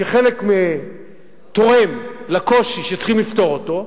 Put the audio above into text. כחלק מתורם לקושי שצריך לפתור אותו: